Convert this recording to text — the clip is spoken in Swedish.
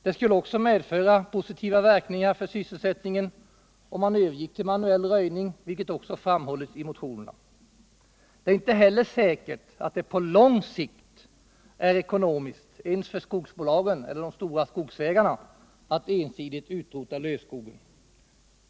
Det skulle också medföra positiva verkningar för sysselsättningen om man övergick till manuell röjning, vilket också framhålls i motionerna. Det är inte heller säkert att det på lång sikt är ekonomiskt, ens för skogsbolagen eller de stora skogsägarna, att ensidigt utrota lövskogen.